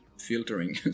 filtering